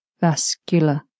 vascular